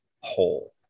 whole